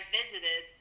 visited